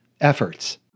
efforts